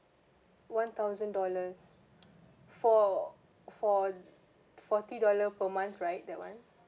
one thousand dollars for~ for~ forty dollar per month right that one